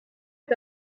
est